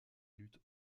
lutte